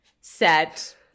set